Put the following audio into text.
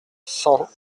cent